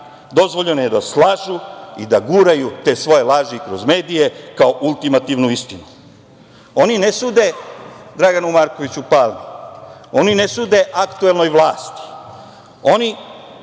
Dozvoljeno je da slažu i da guraju te svoje laži kroz medije kao ultimativnu istinu. Oni ne sude Draganu Markoviću Palmi. Oni ne sude aktuelnoj vlasti. Oni